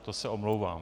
To se omlouvám.